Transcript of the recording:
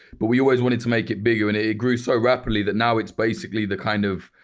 but we always wanted to make it bigger and it grew so rapidly that now it's basically the kind of,